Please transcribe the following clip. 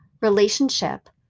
relationship